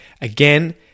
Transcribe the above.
Again